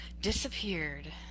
disappeared